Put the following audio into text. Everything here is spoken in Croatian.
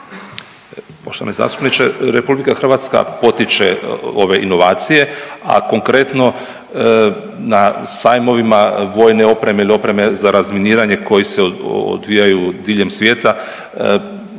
Poštovani zastupniče, RH potiče ove inovacije, a konkretno na sajmovima vojne opreme ili opreme za razminiranje koji se odvijaju diljem svijeta